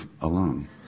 alone